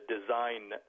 design